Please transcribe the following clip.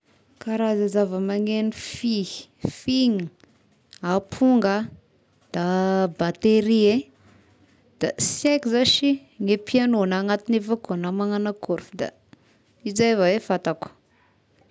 Karaza zavamagneno fihy: fihigna, aponga, da batery eh, da sy aiko za sy ny piano na anatigny avao koa na magnana kôry fa da izay avao eh fantako.